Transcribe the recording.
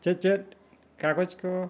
ᱪᱮᱫ ᱪᱮᱫ ᱠᱟᱜᱚᱡᱽ ᱠᱚ